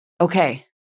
Okay